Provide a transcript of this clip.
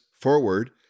forward